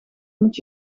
moet